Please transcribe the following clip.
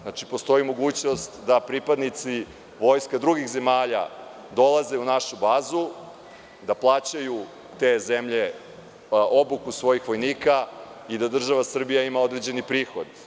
Znači, postoji mogućnost da pripadnici vojske drugih zemalja dolaze u našu bazu, da plaćaju te zemlje obuku svojih vojnika i da država Srbija ima određeni prihod.